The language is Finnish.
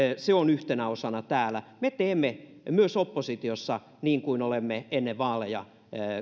se on yhtenä osana täällä me teemme myös oppositiossa niin kuin olemme ennen vaaleja